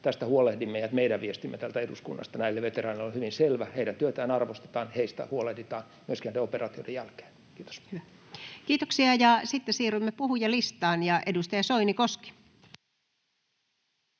tästä huolehdimme ja että meidän viestimme täältä eduskunnasta näille veteraaneille on hyvin selvä: heidän työtään arvostetaan, heistä huolehditaan myöskin näiden operaatioiden jälkeen. — Kiitos. Kiitoksia. — Ja sitten siirrymme puhujalistaan. — Edustaja Soinikoski.